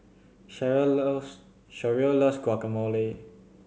Sherrill loves Sherrill loves Guacamole